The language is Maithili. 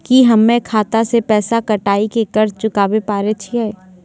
की हम्मय खाता से पैसा कटाई के कर्ज चुकाबै पारे छियै?